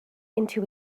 into